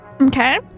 Okay